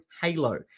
Halo